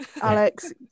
Alex